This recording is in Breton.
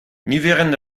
niverenn